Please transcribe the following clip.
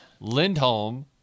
Lindholm